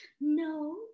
no